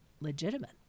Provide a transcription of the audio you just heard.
legitimate